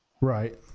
Right